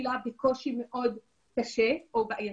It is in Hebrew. נתקלה בקושי מאוד קשה או בעייתי.